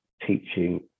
teaching